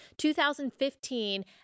2015